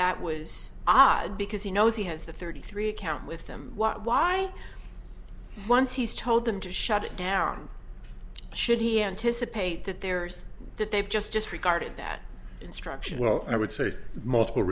that was odd because he knows he has the thirty three account with them why once he's told them to shut it down should he anticipate that there's that they've just disregarded that instruction well i would say multiple